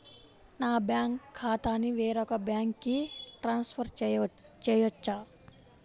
నా బ్యాంక్ ఖాతాని వేరొక బ్యాంక్కి ట్రాన్స్ఫర్ చేయొచ్చా?